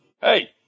Hey